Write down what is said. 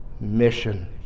mission